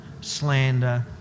slander